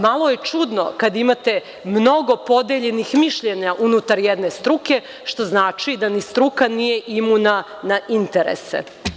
Malo je čudno kada imate mnogo podeljenih mišljenja unutar jedne struke, što znači da ni struka nije imuna na interese.